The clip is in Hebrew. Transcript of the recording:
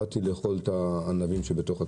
באתי לאכול את הענבים שבתוך הכרם.